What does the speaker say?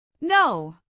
No